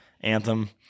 anthem